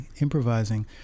improvising